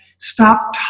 stop